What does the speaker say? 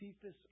Cephas